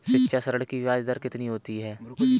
शिक्षा ऋण की ब्याज दर कितनी होती है?